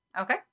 Okay